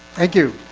thank you